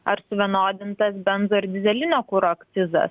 ar suvienodintas benzo ir dyzelinio kuro akcizas